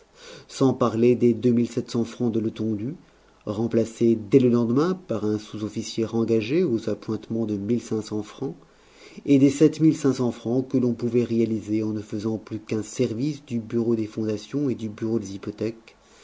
sans parler des francs de letondu remplacé dès le lendemain par un sous-officier rengagé aux appointements de francs et des francs que l'on pouvait réaliser en ne faisant plus qu'un service du bureau des fondations et du bureau des hypothèques